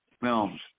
films